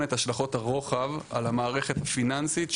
את השלכות הרוחב על המערכת פיננסית שבקביעת,